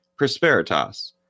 Prosperitas